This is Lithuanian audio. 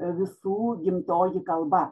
visų gimtoji kalba